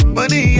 Money